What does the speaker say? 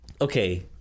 okay